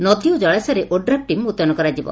ନଦୀ ଓ ଜଳାଶୟରେ ଓଡ୍ରାପ୍ ଟିମ୍ ମୁତୟନ କରାଯିବ